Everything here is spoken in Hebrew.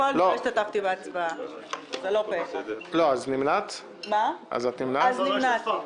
10 נגד, אין נמנעים,